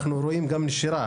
אנחנו רואים נשירה